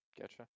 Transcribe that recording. Gotcha